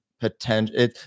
potential